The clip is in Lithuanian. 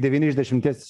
devyni iš dešimties